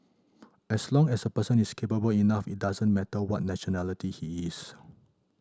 as long as the person is capable enough it doesn't matter what nationality he is